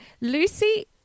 lucy